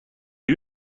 you